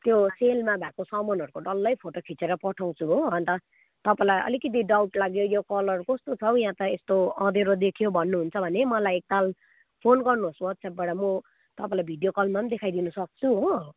त्यो सेलमा भएको सामानहरूको डल्लै फोटो खिचेर पठाउँछु हो अन्त तपाईँलाई अलिकति डाउट लाग्यो यो कलर कस्तो छौ यहाँ त यस्तो अँध्यारो देख्यो भन्नुहुन्छ भने मलाई एकताल फोन गर्नुहोस् वाट्सएपबाट म तपईँलाई भिडियो कलमा पनि देखाइदिन सक्छु हो